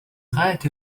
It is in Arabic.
غاية